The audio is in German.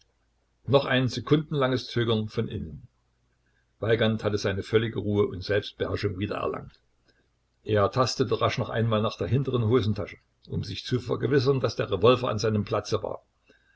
noch ein sekundenlanges zögern von innen weigand hatte seine völlige ruhe und selbstbeherrschung wiedererlangt er tastete rasch noch einmal nach der hinteren hosentasche um sich zu vergewissern daß der revolver an seinem platze war